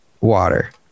water